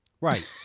right